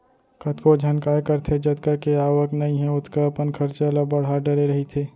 कतको झन काय करथे जतका के आवक नइ हे ओतका अपन खरचा ल बड़हा डरे रहिथे